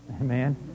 Amen